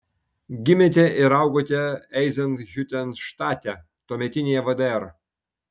gimėte ir augote eizenhiutenštate tuometinėje vdr